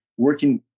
working